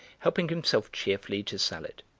helping himself cheerfully to salad,